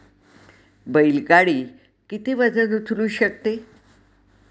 बैल गाडी किती वजन उचलू शकते?